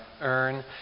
earn